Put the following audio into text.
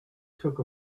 took